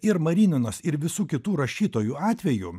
ir marininos ir visų kitų rašytojų atveju